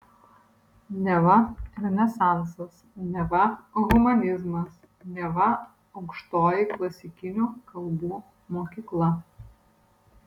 neva renesansas neva humanizmas neva aukštoji klasikinių kalbų mokykla